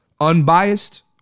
unbiased